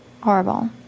Horrible